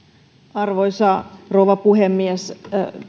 arvoisa rouva puhemies